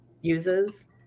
uses